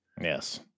Yes